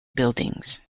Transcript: buildings